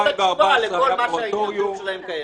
--- זאת התשובה לכל ההתנגדות שלהם.